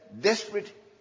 desperate